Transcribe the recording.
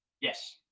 Yes